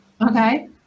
Okay